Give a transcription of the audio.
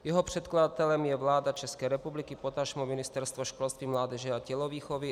Jeho předkladatelem je vláda České republiky, potažmo Ministerstvo školství, mládeže a tělovýchovy.